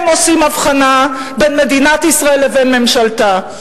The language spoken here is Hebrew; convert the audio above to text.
הם עושים הבחנה בין מדינת ישראל לבין ממשלתה.